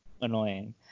annoying